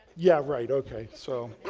yeah right, ok. so,